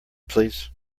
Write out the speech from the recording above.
please